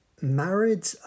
married